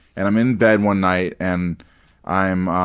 and i'm in bed one night and i'm